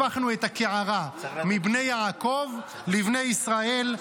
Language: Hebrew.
הפכנו את הקערה, מבני יעקב לבני ישראל.